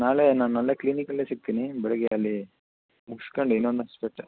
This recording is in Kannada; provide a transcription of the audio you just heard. ನಾಳೆ ನಾನಲ್ಲೇ ಕ್ಲಿನಿಕಲ್ಲೇ ಸಿಗ್ತೀನಿ ಬೆಳಗ್ಗೆ ಅಲ್ಲಿ ಮುಗ್ಸ್ಕಂಡು ಇನ್ನೊಂದು ಆಸ್ಪಿಟ್ಲ್